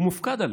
הוא מופקד עליה,